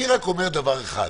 אני אומר רק דבר אחד,